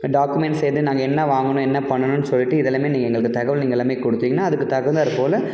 documents எது நாங்கள் என்ன வாங்கணும் என்ன பண்ணணுன்னு சொல்லிட்டு இதெல்லாமே நீங்கள் எங்களுக்குத் தகவல் நீங்கள் எல்லாமே கொடுத்தீங்கன்னா அதுக்கு தகுந்தாற் போல